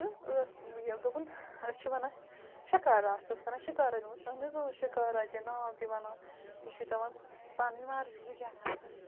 تہٕ ٲس یہِ دوٚپُن أسۍ چھِ وَنان شِکار آ سُہ ٲس کَران شِکارا دوٚپمَس اَہَن حظ اۭں شِکارا تہِ ناو تہِ وَنان یہِ چھُے ژےٚ وۄنۍ پَنٕنۍ مرضی ژٕ کیٛاہ وَنہٕ ہس